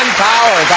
power